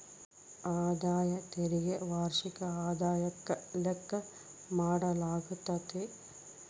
ಆದಾಯ ತೆರಿಗೆ ವಾರ್ಷಿಕ ಆದಾಯುಕ್ಕ ಲೆಕ್ಕ ಮಾಡಾಲಾಗ್ತತೆ